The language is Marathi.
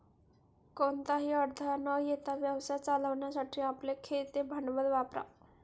कोणताही अडथळा न येता व्यवसाय चालवण्यासाठी आपले खेळते भांडवल वापरा